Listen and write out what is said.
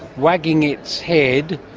wagging its head.